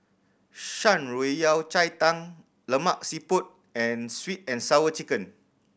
Shan Rui Yao Cai Tang Lemak Siput and Sweet And Sour Chicken